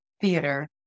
theater